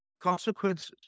consequences